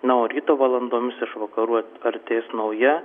na o ryto valandomis iš vakarų artės nauja